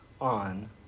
on